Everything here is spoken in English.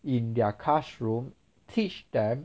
in their classroom teach them